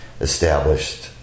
established